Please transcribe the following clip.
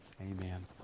Amen